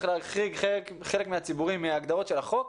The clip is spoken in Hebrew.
להחריג חלק מהציבור מהגדרות החוק,